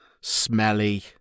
smelly